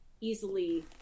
easily